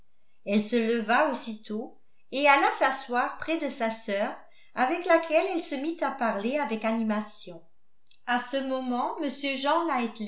elle se leva aussitôt et alla s'asseoir près de sa sœur avec laquelle elle se mit à parler avec animation à ce moment m jean